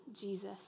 Jesus